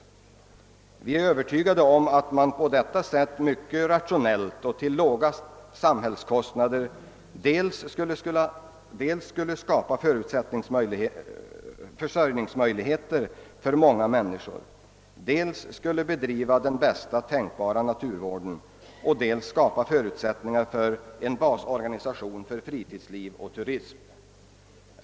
Vi är övertygade om att man på detta sätt mycket rationellt och till låga samhällskostnader dels skulle skapa försörjningsmöjligheter för många människor, dels skulle bedriva den bästa tänkbara naturvården och dels skapa förutsättningar för en basorganisation för fritidsliv och turism.